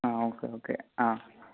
ആ okay okay ആ